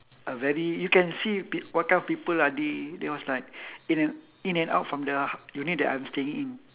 a very you can see p~ what kind of people are they they was like in and in and out from the unit that I'm staying in